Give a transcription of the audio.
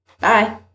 Bye